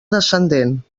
descendent